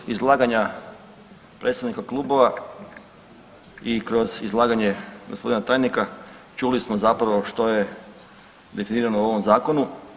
Evo kroz izlaganja predstavnika klubova i kroz izlaganje gospodina tajnika čuli smo zapravo što je definirano u ovom zakonu.